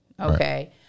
okay